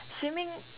swimming